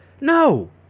no